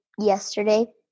yesterday